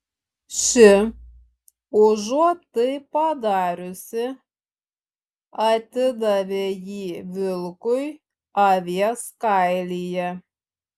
ši užuot tai padariusi atidavė jį vilkui avies kailyje